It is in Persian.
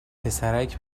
پسرک